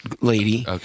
lady